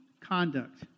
conduct